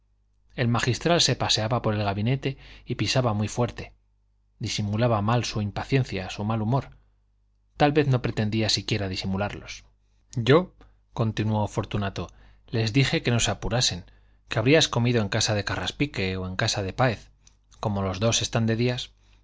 el magistral se paseaba por el gabinete y pisaba muy fuerte disimulaba mal su impaciencia su mal humor tal vez no pretendía siquiera disimularlos yo continuó fortunato les dije que no se apurasen que habrías comido en casa de carraspique o en casa de páez como los dos están de días y